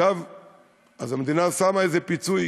אז המדינה שמה איזה פיצוי,